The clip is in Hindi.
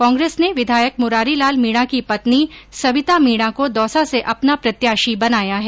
कांग्रेस ने विधायक मुरारीलाल मीणा की पत्नी सविता मीणा को दौसा से अपना प्रत्याशी बनाया है